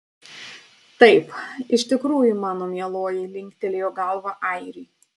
taip iš tikrųjų mano mieloji linktelėjo galva airiui